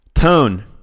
Tone